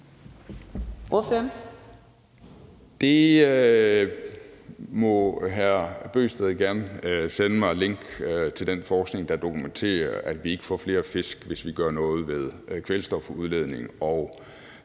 Hr. Kristian Bøgsted må gerne sende mig et link til den forskning, der dokumenterer, at vi ikke får flere fisk, hvis vi gør noget ved kvælstofudledningen